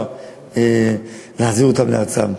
אפשר להחזיר אותם לארצם.